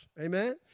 Amen